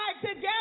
together